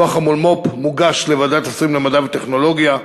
דוח המולמו"פ מוגש לוועדת השרים למדע וטכנולוגיה,